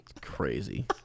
crazy